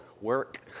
work